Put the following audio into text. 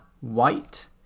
white